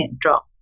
drop